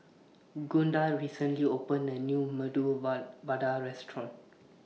Gunda recently opened A New Medu Va Vada Restaurant